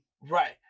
Right